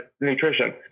nutrition